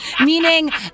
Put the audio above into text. Meaning